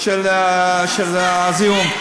של הזיהום,